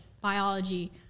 biology